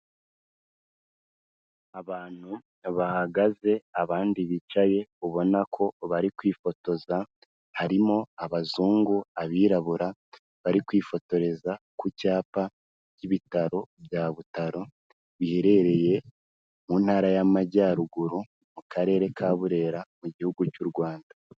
Abantu bahagaze, abandi bicaye ubona ko barikwifotoza. Harimo abazungu, abirabura. Bari kwifotoreza ku cyapa cy'ibitaro bya Butaro biherereye mu Ntara y'Amajyaruguru, mu Karere ka Burera, mu Gihugu cy'u Rwanda.